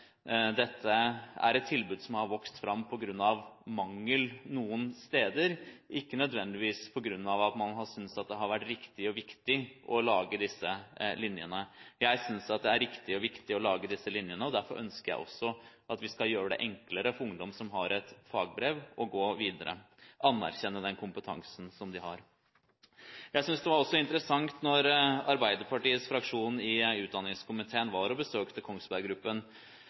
dette er et tilbud som har vokst fram på grunn av mangel noen steder, ikke nødvendigvis fordi man synes det har vært riktig og viktig å lage disse linjene. Jeg synes at det er riktig og viktig å lage disse linjene, og derfor ønsker jeg også at vi skal gjøre det enklere for ungdom som har et fagbrev, å gå videre – å anerkjenne den kompetansen som de har. Jeg syntes det var interessant da Arbeiderpartiets fraksjon i utdanningskomiteen var og besøkte